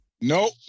Nope